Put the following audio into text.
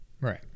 Right